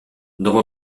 dopo